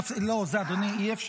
אדוני אי-אפשר.